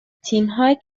تیمهایی